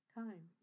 time